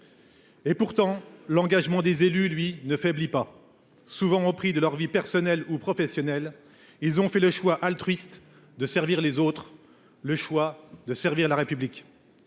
Pourtant, l’engagement des élus ne faiblit pas. Souvent au prix de leur vie personnelle ou professionnelle, ceux ci ont fait le choix altruiste de servir les autres, de servir la République.